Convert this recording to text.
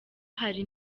hari